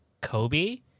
Kobe